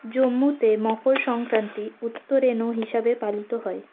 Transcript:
জম্মুতে মকর সংক্রান্তি উত্তরেন হিসাবে পালিত হয়